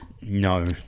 No